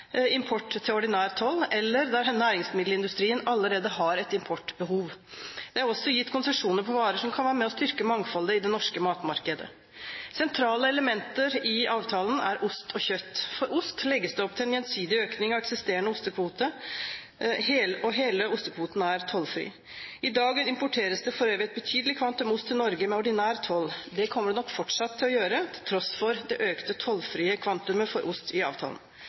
import til ordinær toll, eller der næringsmiddelindustrien allerede har et importbehov. Det er også gitt konsesjoner for varer som kan være med på å styrke mangfoldet i det norske matmarkedet. Sentrale elementer i avtalen er ost og kjøtt. For ost legges det opp til en gjensidig økning av eksisterende ostekvote, og hele ostekvoten er tollfri. I dag importeres det for øvrig et betydelig kvantum ost til Norge med ordinær toll. Det kommer man nok fortsatt til å gjøre til tross for det økte tollfrie kvantumet for ost i avtalen.